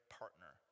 partner